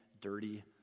dirty